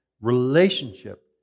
Relationship